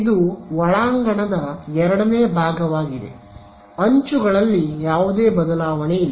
ಇದು ಒಳಾಂಗಣದ ಎರಡನೇ ಭಾಗವಾಗಿದೆ ಅಂಚುಗಳಲ್ಲಿ ಯಾವುದೇ ಬದಲಾವಣೆಯಿಲ್ಲ